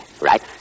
right